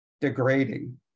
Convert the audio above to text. degrading